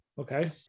okay